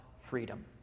freedom